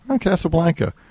Casablanca